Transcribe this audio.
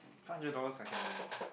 five hundred dollars I can